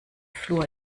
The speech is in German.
flur